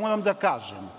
Moram da kažem